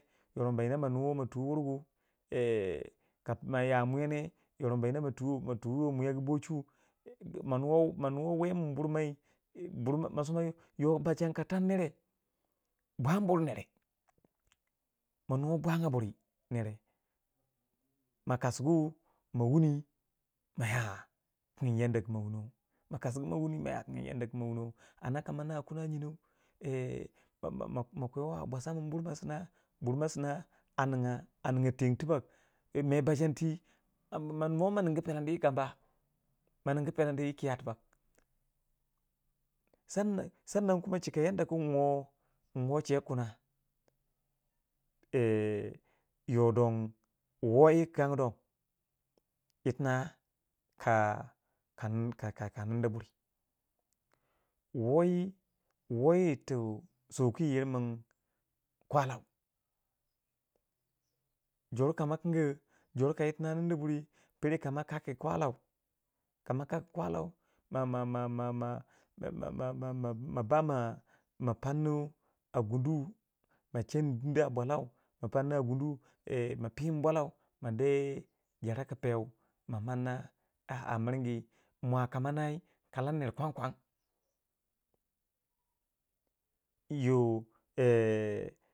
Yoro banyina manuwo ma tu wurgu ka pima ya muwane yoron ba nyina ma tu ma tu wurngu bochu ma nuwi ma nuwi we min burmoi yi yo bachangi ka tar nere bwani bur nere mo nuwe bwangu buri nere ma kasugu ma wuni ma ya pun yanda ku mo wunong mo kasugu mo wuni ma ya kingi yanda ku mo wuno anda ka ma na kina nyino ma- ma- ma ma kwewi bosha min bur ma sina a ninga ninga teng tubak me bachangti mma ma nugwa ma ningu pelani. n yi kama ma ningu pelandi yi kiya tubak. sannan sannan kuma chika yadaku nwo nwo che kuna yoh don, woyikan don irtina ka ka ka mondu buri woyi, woyi irtu sou ku iyir mun kwalau jor kama kingi jor ka irtikang nindi buri pere kama kaki kwalau, kama kaki kwalau ma- ma- ma- ma- ma- ma- ma- ma- mabama panu a gunu ma chandi duni a bolau ma pinu a gunu ma pinu bolau de jera ku pe ma pana a a mirinyi mwa ka ma nayi kalan ner kon kon yi yo e.